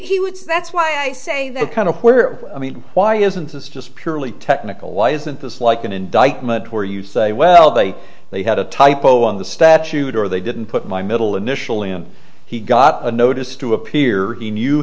he would say that's why i say that kind of where i mean why isn't this just purely technical why isn't this like an indictment or you say well they they had a typo on the statute or they didn't put my middle initial and he got a notice to appear he knew